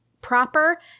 proper